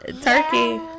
Turkey